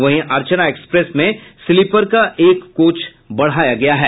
वहीं अर्चना एक्सप्रेस में स्लीपर का एक कोच बढ़ाया गया है